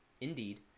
Indeed